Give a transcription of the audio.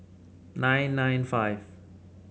nine nine five